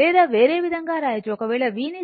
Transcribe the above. లేదా వేరే విధంగా రాయవచ్చు ఒకవేళ v ను